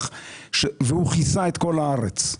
הוא כיסה את כל הארץ,